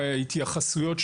איכות הסביבה ו-?